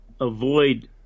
avoid